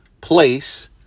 place